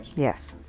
yes,